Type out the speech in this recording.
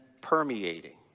permeating